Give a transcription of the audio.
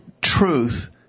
truth